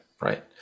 right